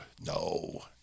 no